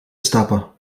stappen